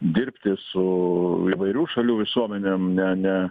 dirbti su įvairių šalių visuomenėm ne ne